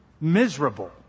Miserable